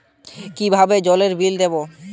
কিভাবে জলের বিল দেবো?